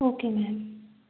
okay ma'am